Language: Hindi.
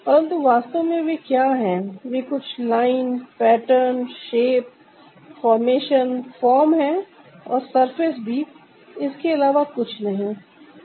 परंतु वास्तव में वे क्या है वे कुछ line pattern shape formation form है और सर्फेस भी इसके अलावा कुछ नहीं